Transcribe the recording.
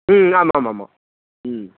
ம் ஆமாம்மா ஆமாம்